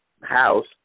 house